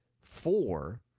four